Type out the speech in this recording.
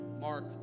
Mark